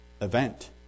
event